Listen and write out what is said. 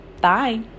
Bye